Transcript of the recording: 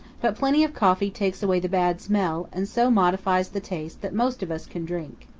but plenty of coffee takes away the bad smell, and so modifies the taste that most of us can drink,